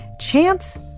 Chance